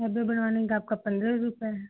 other बनाने का आपका पंद्रह रुपये है